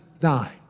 die